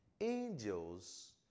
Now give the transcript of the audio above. Angels